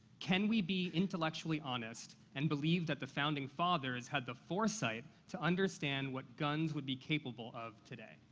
can we be intellectually honest and believe that the founding fathers had the foresight to understand what guns would be capable of today?